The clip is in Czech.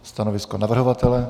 Stanovisko navrhovatele?